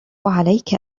عليك